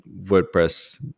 WordPress